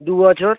দু বছর